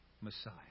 Messiah